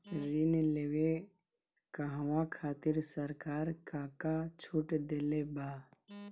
ऋण लेवे कहवा खातिर सरकार का का छूट देले बा?